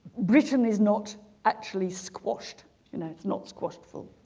britain is not actually squashed you know it's not squashed full